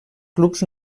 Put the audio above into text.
clubs